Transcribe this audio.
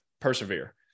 Persevere